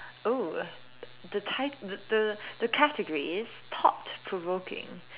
!woo! the type the the the category is thought provoking